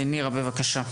נירה, בבקשה.